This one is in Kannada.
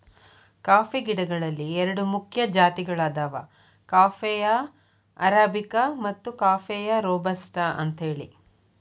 ಕಾಫಿ ಗಿಡಗಳಲ್ಲಿ ಎರಡು ಮುಖ್ಯ ಜಾತಿಗಳದಾವ ಕಾಫೇಯ ಅರಾಬಿಕ ಮತ್ತು ಕಾಫೇಯ ರೋಬಸ್ಟ ಅಂತೇಳಿ